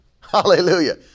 hallelujah